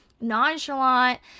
nonchalant